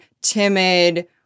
timid